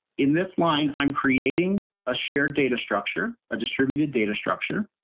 in this line, i'm creating a shared data structure, a distributed data structure,